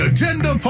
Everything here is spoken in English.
Agenda